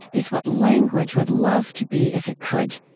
is what language would love to be if it could.